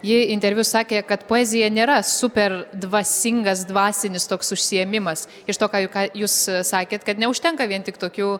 ji interviu sakė kad poezija nėra super dvasingas dvasinis toks užsiėmimas iš to ką ju ką jūs sakėt kad neužtenka vien tik tokių